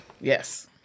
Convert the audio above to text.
Yes